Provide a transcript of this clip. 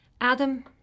Adam